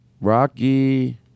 Rocky